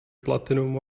platinum